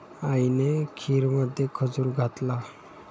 आईने खीरमध्ये खजूर घातला